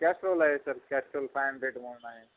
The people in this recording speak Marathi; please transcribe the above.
कॅस्ट्रोल आहे सर कॅस्ट्रोल फाय हंड्रेड म्हणून आहे